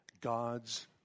God's